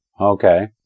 Okay